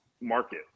market